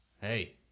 Hey